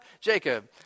Jacob